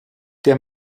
der